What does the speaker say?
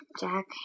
Jack